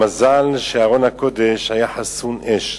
מזל שארון הקודש היה חסין אש.